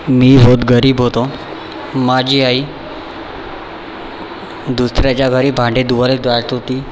मी बहुत गरीब होतो माझी आई दुसऱ्याच्या घरी भांडी धुवायला जात होती